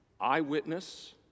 Eyewitness